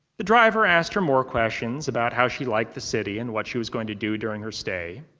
the driver asked her more questions, about how she liked the city and what she was going to do during her stay.